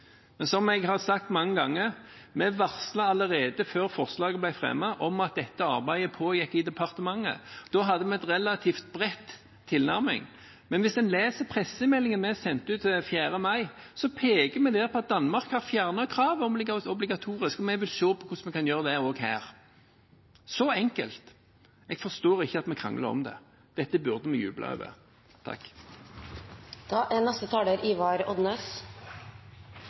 Men som jeg har sagt mange ganger: Vi varslet allerede før forslaget ble fremmet om at dette arbeidet pågikk i departementet. Da hadde vi en relativt bred tilnærming. Og hvis en leser pressemeldingen vi sendte ut 4. mai, peker vi der på at Danmark har fjernet kravet om obligatorisk helseattest, og at vi vil se på hvordan vi kan gjøre det også her. Så enkelt er det. Jeg forstår ikke at vi krangler om det, dette burde vi juble over. Det er gledeleg at det er